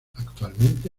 actualmente